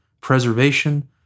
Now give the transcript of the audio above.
preservation